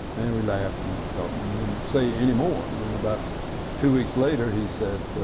and we laughed and talked and didn't say anymore. and then about two weeks later he said,